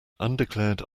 undeclared